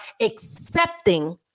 accepting